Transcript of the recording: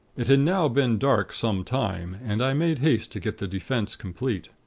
it had now been dark some time, and i made haste to get the defense complete.